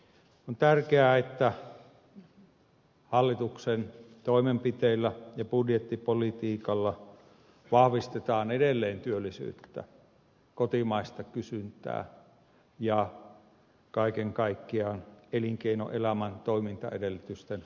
on tärkeää että hallituksen toimenpiteillä ja budjettipolitiikalla vahvistetaan edelleen työllisyyttä kotimaista kysyntää ja kaiken kaikkiaan elinkeinoelämän toimintaedellytysten vahvistumista